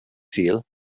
sul